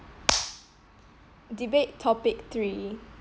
debate topic three